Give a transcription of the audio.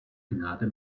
gnade